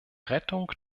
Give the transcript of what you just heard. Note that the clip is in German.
rettung